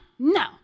No